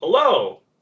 Hello